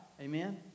Amen